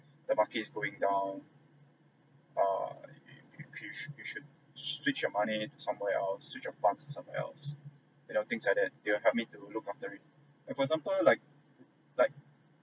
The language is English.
the market is going down err you should you should switch the money to somewhere else switch the funds to somewhere else you know things like that they will help me to look after it like and for example like like